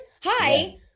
hi